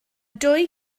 dwy